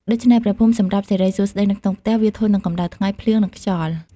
ដូច្នេះ ព្រះភូមិសម្រាប់សិរីសួស្តីនៅក្នុងផ្ទះ វាធន់នឹងកម្ដៅថ្ងៃ ភ្លៀង និងខ្យល់។